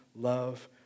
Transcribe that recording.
love